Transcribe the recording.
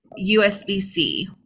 USBC